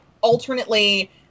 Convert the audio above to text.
alternately